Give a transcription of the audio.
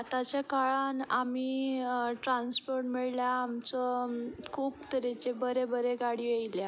आतांच्या काळान आमी ट्रांसपोट म्हणल्या आमचो खूब तरेच्यो बरे बरे गाडयो येयल्या